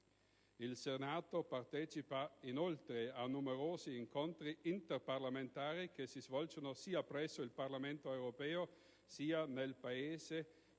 Il Senato partecipa - inoltre - a numerosi incontri interparlamentari che si svolgono sia presso il Parlamento europeo sia nel Paese che